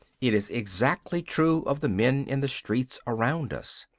it is exactly true of the men in the streets around us.